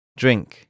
drink